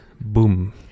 boom